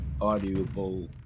audible